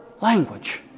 language